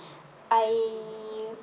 I